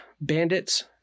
bandits